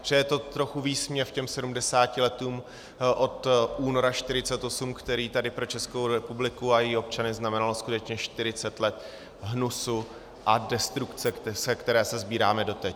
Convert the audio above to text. Že je to trochu výsměch těm 70 letům od Února 48, který tady pro Českou republiku a její občany znamenal skutečně 40 let hnusu a destrukce, ze které se sbíráme doteď.